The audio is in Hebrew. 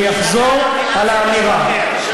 אני אחזור על האמירה.